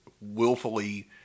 willfully